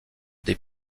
des